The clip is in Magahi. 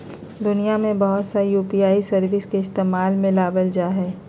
दुनिया में बहुत सा यू.पी.आई सर्विस के इस्तेमाल में लाबल जा हइ